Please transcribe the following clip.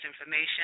information